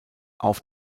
auf